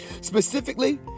Specifically